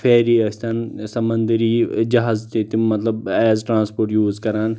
ferry أسۍتن سمنٛدری جہاز تہِ مطلب ایز ٹرانسپورٹ یوٗز کران